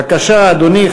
בבקשה, אדוני.